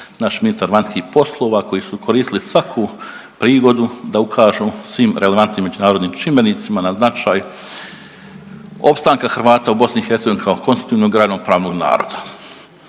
naš ministar vanjskih poslova koji su koristili svaku prigodu da ukažu svim relevantnim međunarodnim čimbenicima na značaj opstanka Hrvata u BiH kao konstitutivnog i ravnopravnog naroda.